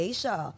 Asia